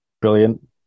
Brilliant